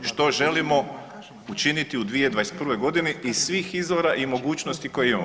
Što želimo učiniti u 2021. godini iz svih izvora i mogućnosti koje imamo.